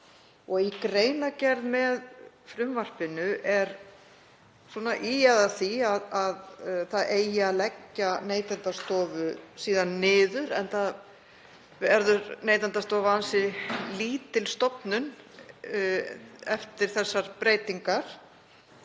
Í greinargerð með frumvarpinu er ýjað að því að síðan eigi að leggja Neytendastofu niður, enda verður Neytendastofa ansi lítil stofnun eftir þessar breytingar.